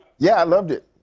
yeah, i loved it.